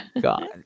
God